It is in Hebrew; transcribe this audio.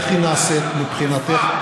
איך היא נעשית מבחינתך?